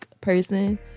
person